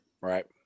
Right